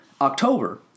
October